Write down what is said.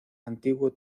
antiguo